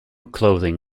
clothing